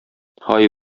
һай